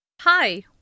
hi